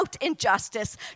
injustice